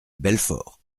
belfort